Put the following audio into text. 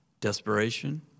Desperation